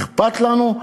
שאכפת לנו,